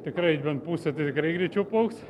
tikrai bent pusė tikrai greičiau plauks